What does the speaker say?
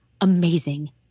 amazing